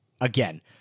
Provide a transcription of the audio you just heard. again